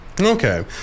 okay